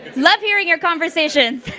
love hearing your conversations.